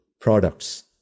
products